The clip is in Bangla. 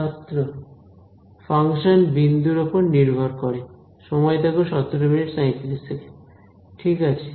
ছাত্র ফাংশন বিন্দুর ওপর নির্ভর করে ঠিক আছে